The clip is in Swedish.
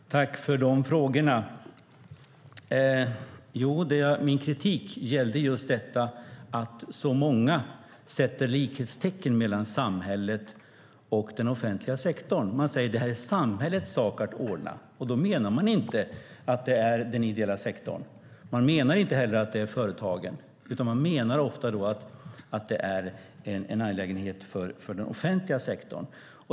Fru talman! Jag tackar Lars Ohly för frågorna. Min kritik gällde att så många sätter likhetstecken mellan samhället och den offentliga sektorn. Man säger att något är samhällets sak att ordna och menar då ofta inte den ideella sektorn eller företagen utan den offentliga sektorn.